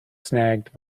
snagged